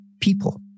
people